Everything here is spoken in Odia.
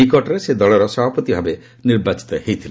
ନିକଟରେ ସେ ଦଳର ସଭାପତି ଭାବେ ନିର୍ବାଚିତ ହୋଇଥିଲେ